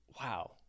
wow